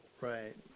Right